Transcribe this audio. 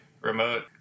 remote